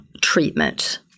treatment